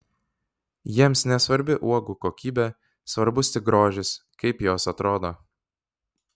jiems nesvarbi uogų kokybė svarbus tik grožis kaip jos atrodo